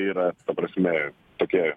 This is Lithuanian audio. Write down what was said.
yra ta prasme tokia